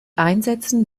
einsetzen